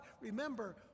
Remember